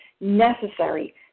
necessary